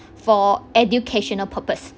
for educational purpose